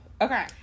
Okay